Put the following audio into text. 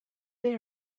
they